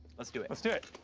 let's do it. let's do it.